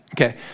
Okay